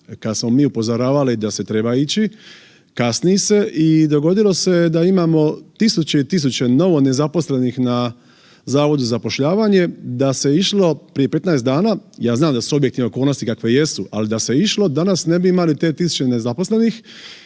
kada smo mi upozoravali da se treba ići, kasni se i dogodilo se da imamo tisuće i tisuće novonezaposlenih na Zavodu za zapošljavanje. Da se išlo prije 15 dana, ja znam da su objektivno okolnosti kakve jesu, ali da se išlo, danas ne bi imali te tisuće nezaposlenih